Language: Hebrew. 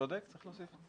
צודק, צריך להוסיף.